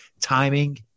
timing